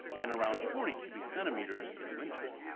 and around forty cubic centimeters in winter.